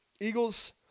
Eagles